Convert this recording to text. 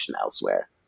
elsewhere